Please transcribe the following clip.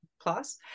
plus